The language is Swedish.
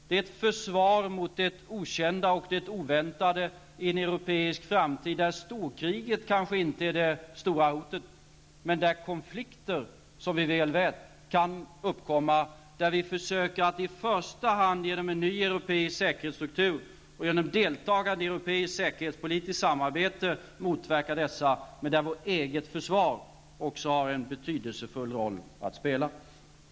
Det är ett försvar mot det okända och det oväntade i en europeisk framtid där storkriget kanske inte är det stora hotet, men där konflikter -- som vi väl vet -- kan uppkomma, en framtid där vi försöker att i första hand genom en ny europeisk säkerhetsstruktur och genom deltagande i europeiskt säkerhetspolitiskt samarbete motverka hoten, men där också vårt eget försvar har en betydelsefull roll att spela.